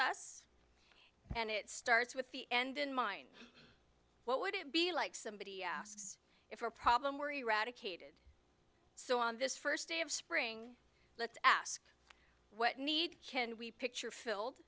us and it starts with the end in mind what would it be like somebody asks if a problem were eradicated so on this first day of spring let's ask what need can we picture filled